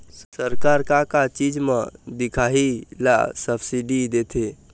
सरकार का का चीज म दिखाही ला सब्सिडी देथे?